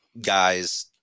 guys